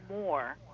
more